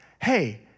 hey